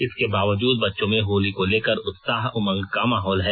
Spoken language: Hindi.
इसके बावजूद बच्चों में होली को लेकर उत्साह उमंग का माहौल है